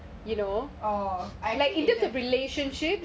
oh I think it's like